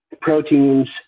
proteins